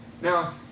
Now